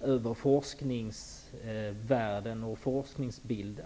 över forskningsvärlden och forskningsbilden.